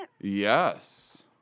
Yes